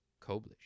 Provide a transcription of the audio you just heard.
koblish